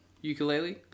ukulele